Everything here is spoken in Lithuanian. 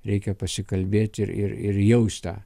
reikia pasikalbėti ir ir jaust tą